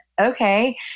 okay